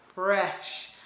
fresh